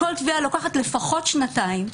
כל תביעה לוקחת לפחות שנתיים.